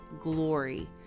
glory